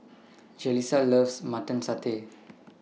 Jalissa loves Mutton Satay